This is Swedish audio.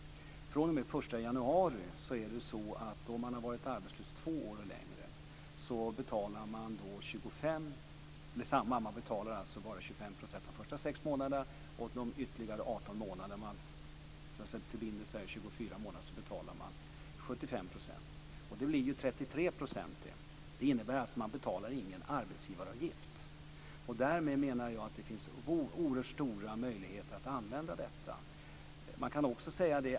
fr.o.m. den 1 januari är det så att för den som har varit arbetslös två år eller längre betalar man bara 25 % de första sex månaderna, och de följande 18 månaderna - man förbinder sig till 24 månader - betalar man 75 %. Det blir 33 %. Man betalar alltså ingen arbetsgivaravgift. Därmed menar jag att det finns oerhört stora möjligheter att använda detta.